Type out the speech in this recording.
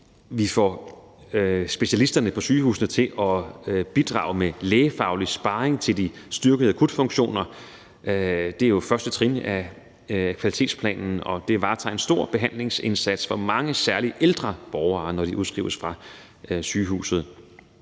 vi får specialisterne på sygehusene til at bidrage med lægefaglig sparring til de styrkede akutfunktioner. Det er jo første trin af kvalitetsplanen, og det varetager en stor behandlingsindsats for mange, særlig ældre, borgere, når de udskrives fra sygehuset.